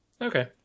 okay